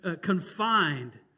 confined